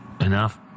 enough